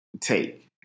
take